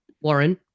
Warren